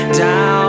down